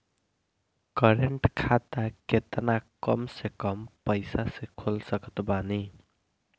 Current खाता केतना कम से कम पईसा से खोल सकत बानी?